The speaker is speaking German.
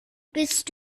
bist